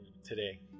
Today